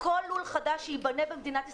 כל לול חדש שייבנה במדינת ישראל,